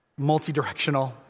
multidirectional